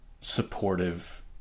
supportive